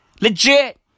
Legit